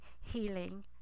healing